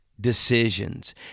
decisions